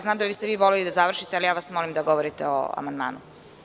Znam da biste voleli da završite, ali vas molim da govorite o amandmanu.